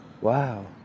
Wow